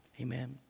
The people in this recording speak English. Amen